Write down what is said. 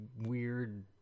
weird